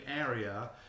area